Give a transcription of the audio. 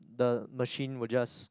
the machine will just